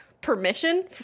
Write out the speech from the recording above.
permission